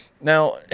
Now